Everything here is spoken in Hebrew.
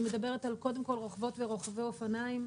אני מדברת קודם כל על רוכבות ורוכבי אופניים,